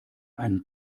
einen